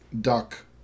duck